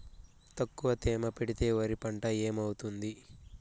తక్కువ తేమ పెడితే వరి పంట ఏమవుతుంది